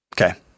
Okay